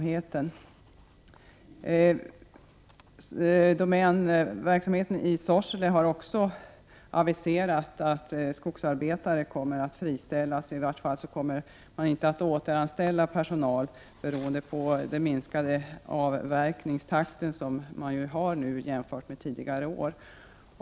Från domänverket i Sorsele har man också aviserat att skogsarbetare kommer att friställas, i vart fall kommer man inte att återanställa personal beroende på den minskande avverkningstakten jämfört med tidigare år.